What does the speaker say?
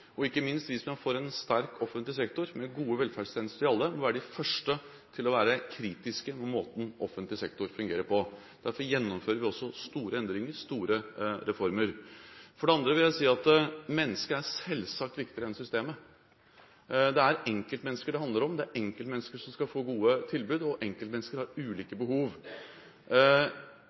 Ikke minst vi som er for en sterk offentlig sektor med gode velferdstjenester til alle, må være de første til å være kritiske til måten offentlig sektor fungerer på. Derfor gjennomfører vi også store endringer, store reformer. For det andre vil jeg si at mennesket selvsagt er viktigere enn systemet. Det er enkeltmennesker det handler om, det er enkeltmennesker som skal få gode tilbud – og enkeltmennesker har ulike behov.